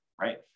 Right